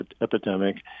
epidemic